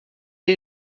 est